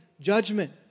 judgment